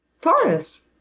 Taurus